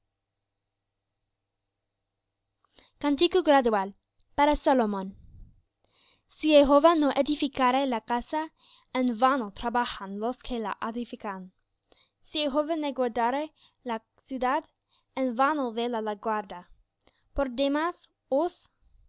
cántico gradual para salomón si jehová no edificare la casa en vano trabajan los que la edifican si jehová no guardare la ciudad en vano vela la guarda por demás os